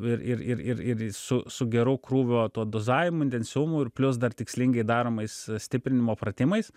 ir ir ir ir ir su su geru krūvio tuo dozavimu intensyvumu ir plius dar tikslingai daromais stiprinimo pratimais